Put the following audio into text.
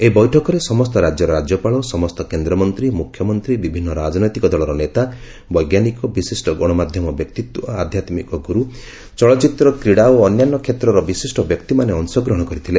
ଏହି ବୈଠକରେ ସମସ୍ତ ରାଜ୍ୟର ରାଜ୍ୟପାଳ ସମସ୍ତ କେନ୍ଦ୍ରମନ୍ତ୍ରୀମୁଖ୍ୟମନ୍ତ୍ରୀ ବିଭିନ୍ନ ରାଜନୈତିକ ଦଳର ନେତା ବୈଜ୍ଞାନିକ ବିଶିଷ୍ଟ ଗଣମାଧ୍ୟମ ବ୍ୟକ୍ତିତ୍ୱ ଆଧ୍ୟାତ୍ମିକ ଗୁରୁ ଚଳଚ୍ଚିତ୍ର କ୍ରୀଡ଼ା ଓ ଅନ୍ୟାନ୍ୟ କ୍ଷେତ୍ରର ବିଶିଷ୍ଟ ବ୍ୟକ୍ତିମାନେ ଅଂଶଗ୍ରହଣ କରିଥିଲେ